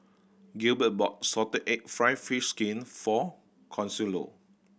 Gilbert bought salted egg fried fish skin for Consuelo